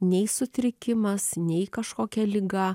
nei sutrikimas nei kažkokia liga